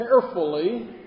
carefully